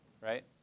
Right